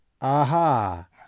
aha